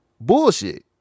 bullshit